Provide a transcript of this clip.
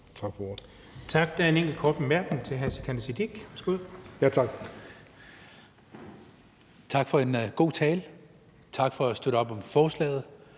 Tak for en god tale og tak for at bakke op om forslaget.